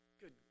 Good